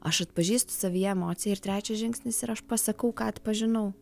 aš atpažįstu savyje emociją ir trečias žingsnis yra aš pasakau ką atpažinau